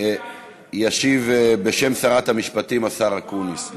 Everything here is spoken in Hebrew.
ישיב בשם שרת המשפטים השר אקוניס.